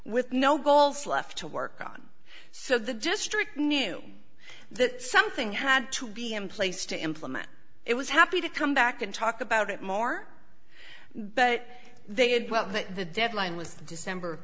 with no goals left to work on so the district knew that something had to be in place to implement it was happy to come back and talk about it more but they had well the deadline was december